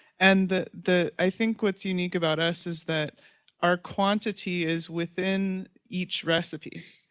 and the the i think what's unique about us is that our quantity is within each recipe.